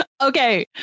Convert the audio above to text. Okay